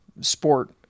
Sport